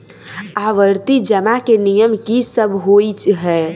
आवर्ती जमा केँ नियम की सब होइ है?